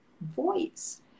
voice